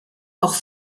auch